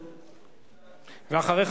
ואחריך,